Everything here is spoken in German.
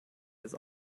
jetzt